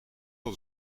het